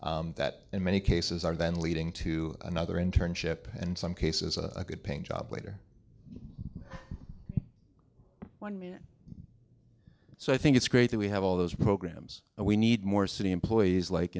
that in many cases are then leading to another internship in some cases a good paying job later one man so i think it's great that we have all those programs and we need more city employees like